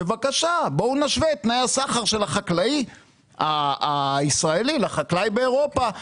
בואו נשווה את תנאי הסחר של החקלאי הישראלי לחקלאי באירופה.